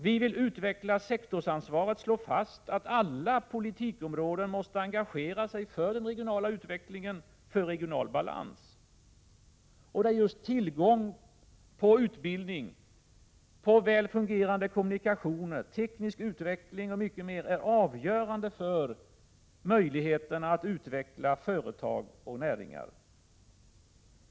Vi vill utveckla sektorsansvaret och slå fast att alla politikområden måste engageras för den regionala utvecklingen för att man skall åstadkomma regional balans. Tillgången på utbildning, på väl fungerande kommunikationer, på teknisk utveckling och mycker mer är avgörande för möjligheterna att utveckla företag och näringar.